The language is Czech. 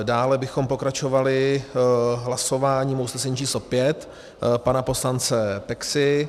Dále bychom pokračovali hlasováním o usnesení číslo 5 pana poslance Peksy.